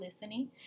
listening